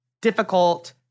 difficult